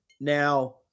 Now